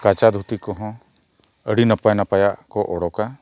ᱠᱟᱪᱟ ᱫᱷᱩᱛᱤ ᱠᱚᱦᱚᱸ ᱟᱹᱰᱤ ᱱᱟᱯᱟᱭᱼᱱᱟᱯᱟᱭᱟᱜ ᱠᱚ ᱩᱰᱩᱠᱟ